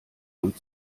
und